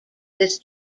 this